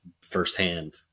firsthand